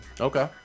Okay